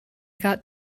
got